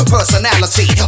Personality